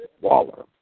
Waller